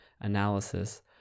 analysis